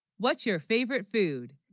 what's your favorite food?